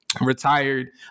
retired